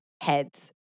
heads